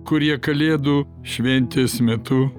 kurie kalėdų šventės metu